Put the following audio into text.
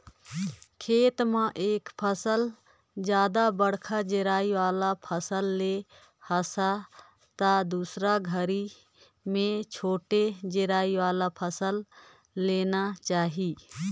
खेत म एक फसल में जादा बड़खा जरई वाला फसल ले हस त दुसर घरी में छोटे जरई वाला फसल लेना चाही